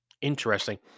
interesting